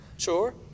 Sure